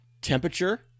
temperature